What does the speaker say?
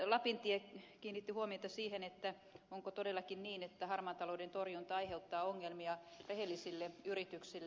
lapintie kiinnitti huomiota siihen onko todellakin niin että harmaan talouden torjunta aiheuttaa ongelmia rehellisille yrityksille